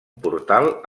portal